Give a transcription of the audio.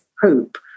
hope